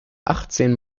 achtzehn